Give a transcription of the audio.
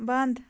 بنٛد